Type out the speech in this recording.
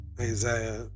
Isaiah